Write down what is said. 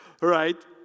right